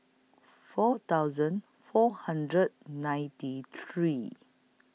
four thousand four hundred ninety three